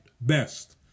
best